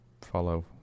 follow